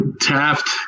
Taft